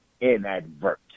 inadvertent